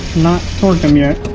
not torque them yet